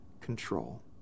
control